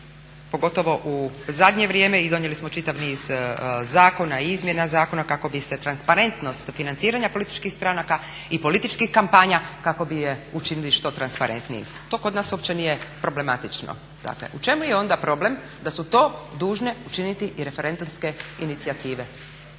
pogotovo u zadnje vrijeme, i donijeli smo čitav niz zakona i izmjena zakona kako bi se transparentnost financiranja političkih stranaka i političkih kampanja kako bi ih učinili što transparentnijim. To kod nas uopće nije problematično. Dakle, u čemu je onda problem da su to dužne učiniti i referendumske inicijative?